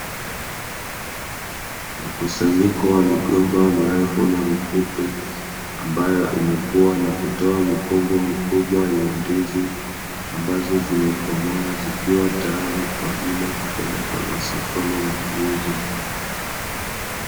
Mkusanyiko wa migomba mirefu na mifupi ambayo imekua na kutoa mikungu mikubwa yenye ndizi, ambazo zimekomaa zikiwa tayari kwa ajili ya kupelekwa masokoni na kuuzwa.